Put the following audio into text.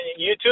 YouTube